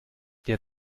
der